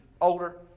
older